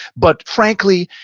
but frankly,